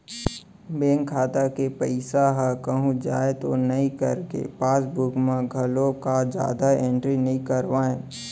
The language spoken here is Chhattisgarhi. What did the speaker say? बेंक खाता के पइसा ह कहूँ जाए तो नइ करके पासबूक म घलोक जादा एंटरी नइ करवाय